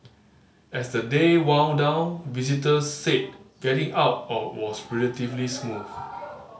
as the day wound down visitors said getting out or was relatively smooth